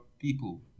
people